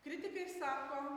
kritikai sako